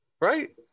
Right